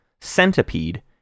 Centipede